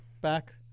Back